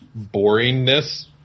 boringness